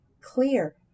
clear